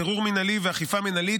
בירור מנהלי ואכיפה מנהלית,